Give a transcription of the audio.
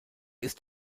ist